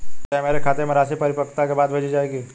क्या मेरे खाते में राशि परिपक्वता के बाद भेजी जाएगी?